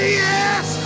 yes